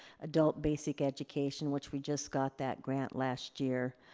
adult basic education, which we just got that grant last year,